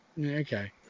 okay